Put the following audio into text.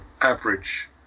average